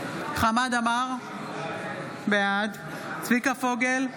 עמאר, בעד צביקה פוגל,